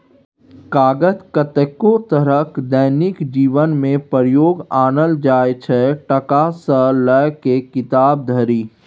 कागत कतेको तरहक दैनिक जीबनमे प्रयोग आनल जाइ छै टका सँ लए कए किताब धरि